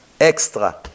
Extra